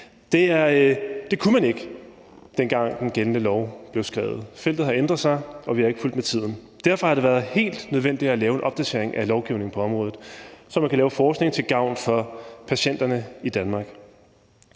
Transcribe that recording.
Det kunne man ikke, dengang den gældende lov blev skrevet. Feltet har ændret sig, og vi har ikke fulgt med tiden. Derfor har det været helt nødvendigt at lave en opdatering af lovgivningen på området, så man kan lave forskning til gavn for patienterne i Danmark.